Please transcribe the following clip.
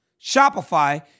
Shopify